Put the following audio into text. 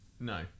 No